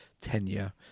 tenure